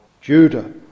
Judah